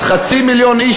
אז חצי מיליון איש,